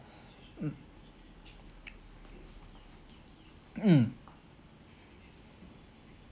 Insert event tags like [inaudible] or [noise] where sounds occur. mm [noise] mm [breath]